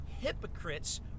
hypocrites